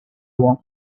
want